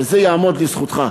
וזה יעמוד לזכותך.